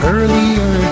Earlier